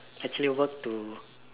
actually work to